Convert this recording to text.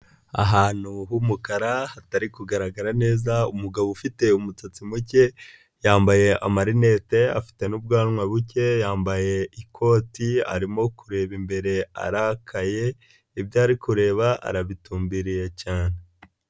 Ahantu h'umukara hatari kugaragara neza umugabo ufite umusatsi muke, yambaye amarinete afite n'ubwanwa buke, yambaye ikoti arimo kureba imbere arakaye, ibyo ari kureba arabitumbiriye cyane.